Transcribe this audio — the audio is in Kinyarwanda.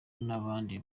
n’abandi